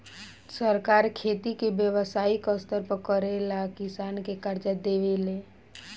सरकार खेती के व्यवसायिक स्तर पर करेला किसान के कर्जा देवे ले